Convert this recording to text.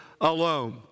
alone